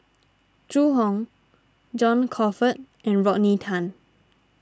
Zhu Hong John Crawfurd and Rodney Tan